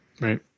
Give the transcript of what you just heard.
Right